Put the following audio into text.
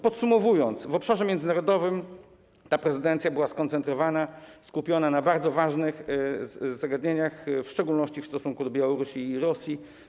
Podsumowując, chciałbym powiedzieć, że w obszarze międzynarodowym ta prezydencja była skoncentrowana, skupiona na bardzo ważnych zagadnieniach, w szczególności w stosunku do Białorusi i Rosji.